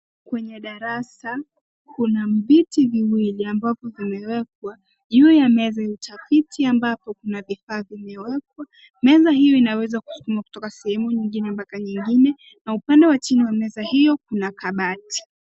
Kwenye darasa kuna viti viwili ,ambavyo vimewekwa juu ya meza hiyo inaweza kuskumwa kutoka sehemu nyingine hadi nyingine, na upande wa chini wa meza hiyo kuna kabati.